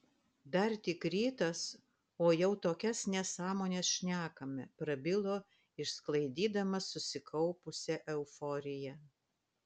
dar tik rytas o jau tokias nesąmones šnekame prabilo išsklaidydamas susikaupusią euforiją